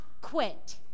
quit